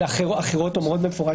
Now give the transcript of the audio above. אחרות אומרות במפורש